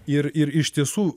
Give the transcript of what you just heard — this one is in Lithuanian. ir ir iš tiesų